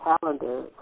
calendar